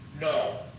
No